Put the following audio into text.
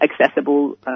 accessible